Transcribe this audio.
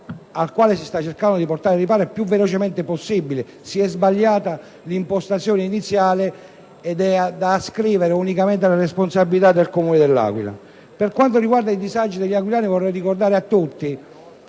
al quale si sta cercando di portare riparo più velocemente possibile. Si è sbagliata l'impostazione iniziale, che è da ascrivere unicamente alla responsabilità del Comune dell'Aquila. Per quanto riguarda i disagi degli aquilani, vorrei ricordare a tutti